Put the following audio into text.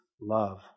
love